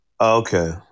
Okay